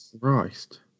Christ